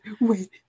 wait